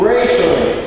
racially